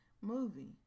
movie